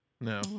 No